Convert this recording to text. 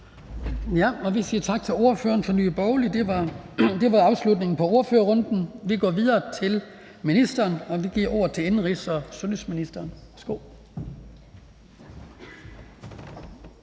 Vi siger tak til ordføreren for Nye Borgerlige. Det var afslutningen på ordførerrunden. Vi går videre til ministeren, og vi giver ordet til indenrigs- og sundhedsministeren. Værsgo.